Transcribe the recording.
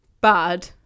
bad